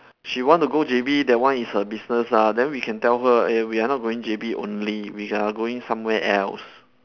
she want to go J_B that one is her business lah then we can tell her eh we are not going J_B only we are going somewhere else